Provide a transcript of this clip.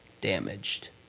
damaged